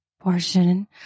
portion